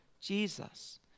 Jesus